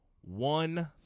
one